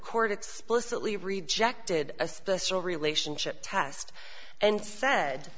court explicitly rejected a special relationship test and said